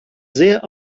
sehr